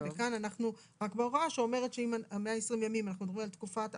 רק בהוראה שאומרת שאם ב-120 ימים אנחנו מדברים על תקופת עבר,